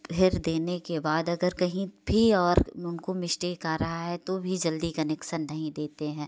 फिर देने के बाद अगर कहीं भी और उनको मिश्टेक आ रहा है तो भी जल्दी कनेक्सन नहीं देते हैं